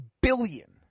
billion